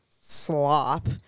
slop